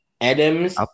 Adams